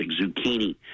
zucchini